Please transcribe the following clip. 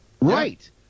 Right